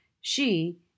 She